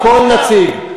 הכול נציג,